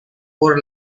por